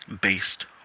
based